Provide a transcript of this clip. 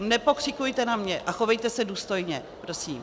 Nepokřikujte na mě a chovejte se důstojně, prosím.